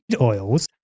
oils